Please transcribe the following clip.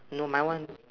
no my [one]